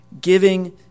giving